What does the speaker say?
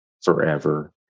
forever